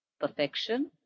perfection